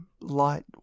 Light